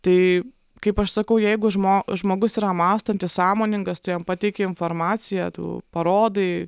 tai kaip aš sakau jeigu žmo žmogus yra mąstantis sąmoningas tai jam pateiki informaciją tu parodai